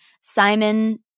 Simon